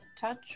touch